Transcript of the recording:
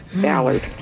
Ballard